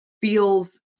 feels